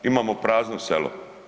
Imamo prazno selo.